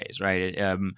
right